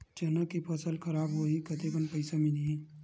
चना के फसल खराब होही कतेकन पईसा मिलही?